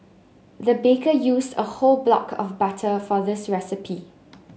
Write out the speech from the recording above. the baker used a whole block of butter for this recipe